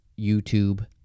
YouTube